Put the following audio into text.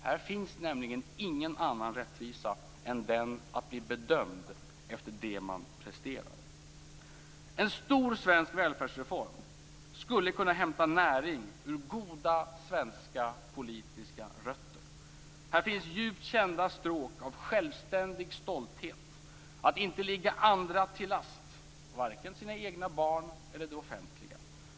Här finns nämligen ingen annan rättvisa än den att bli bedömd efter det man presterar. En stor svensk välfärdsreform skulle kunna hämta näring ur goda svenska politiska rötter. Här finns djupt kända stråk av självständig stolthet, att inte ligga andra till last, varken sina egna barn eller det offentliga.